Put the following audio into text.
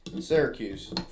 Syracuse